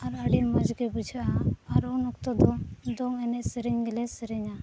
ᱟᱨ ᱟᱹᱰᱤ ᱢᱚᱡᱽ ᱜᱮ ᱵᱩᱡᱷᱟᱹᱜᱼᱟ ᱟᱨ ᱩᱱ ᱚᱠᱛᱚ ᱫᱚ ᱫᱚᱝ ᱮᱱᱮᱡᱼᱥᱮᱨᱮᱧ ᱜᱮᱞᱮ ᱥᱮᱨᱮᱧᱟ